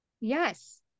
Yes